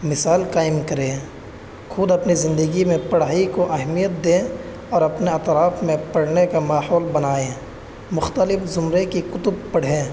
مثال قائم کریں خود اپنے زندگی میں پڑھائی کو اہمیت دیں اور اپنے اطراف میں پڑھنے کا ماحول بنائیں مختلف زمرے کی کتب پڑھیں